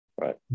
Right